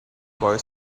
boy